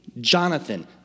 Jonathan